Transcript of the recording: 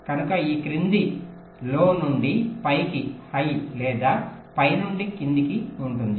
కనుక ఇది క్రింది నుండి పైకి లేదా పై నుండి క్రిందికి ఉంటుంది